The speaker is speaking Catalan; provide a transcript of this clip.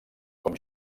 com